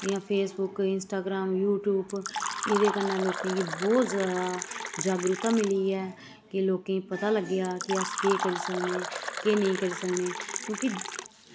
जि'यां Facebook Instagram YouTube एह्दे कन्नै लोकें गी बौह्त जादा जागरुकता मिली ऐ कि लोकें पता लग्गेआ कि अस केह् करी सकने केह् नेईं करी सकने क्युंकि